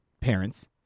parents